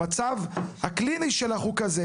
המצב הקליני שלך הוא כזה